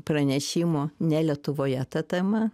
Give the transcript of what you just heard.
pranešimų ne lietuvoje ta tema